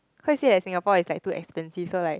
you you say that Singapore is too expensive so like